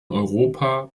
europa